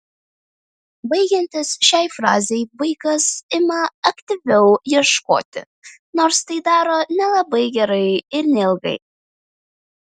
baigiantis šiai fazei vaikas ima aktyviau ieškoti nors tai daro nelabai gerai ir neilgai